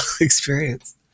experience